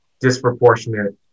disproportionate